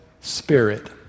Spirit